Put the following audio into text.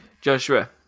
Joshua